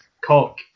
cock